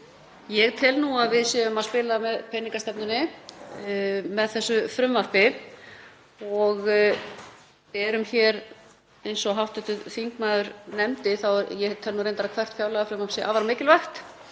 Ég tel að við séum að spila með peningastefnunni með þessu frumvarpi, sem er mikilvægt eins og hv. þingmaður nefndi, en ég tel reyndar að hvert fjárlagafrumvarp sé afar mikilvægt